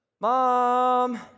mom